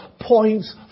points